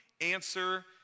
answer